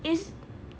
is